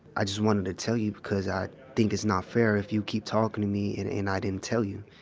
i just wanted to tell you, because i think it's not fair if you keep talking to me and and i didn't tell you.